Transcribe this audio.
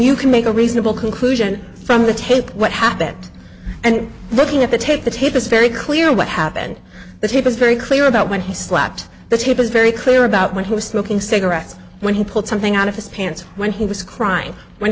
you can make a reasonable conclusion from the tape what happened and looking at the take the tape it's very clear what happened that he was very clear about when he slapped that he was very clear about when he was smoking cigarettes when he pulled something out of his pants when he was crying when